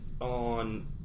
On